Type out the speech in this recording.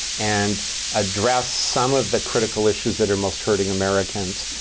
and address some of the critical issues that are most hurting americans.